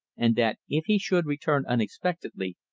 and that if he should return unexpectedly,